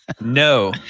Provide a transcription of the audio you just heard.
No